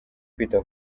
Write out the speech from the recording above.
kwita